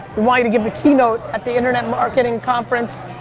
want you to give the keynote at the internet marketing conference.